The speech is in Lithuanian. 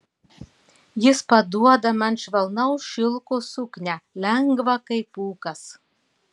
jis paduoda man švelnaus šilko suknią lengvą kaip pūkas